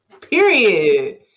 Period